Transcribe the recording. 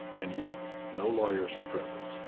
and you. no lawyers are present.